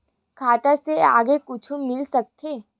खाता से आगे कुछु मिल सकथे?